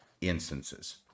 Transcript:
instances